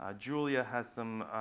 ah julia has some